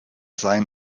seien